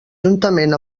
juntament